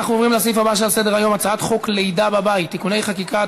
אנחנו נצביע, אם כן,